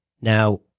Now